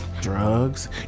drugs